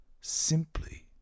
simply